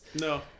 No